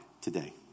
today